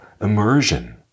immersion